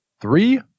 Three